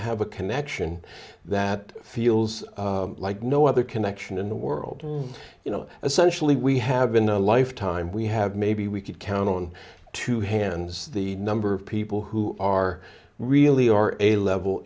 have a connection that feels like no other connection in the world you know essentially we have in a lifetime we have maybe we could count on two hands the number of people who are really are a level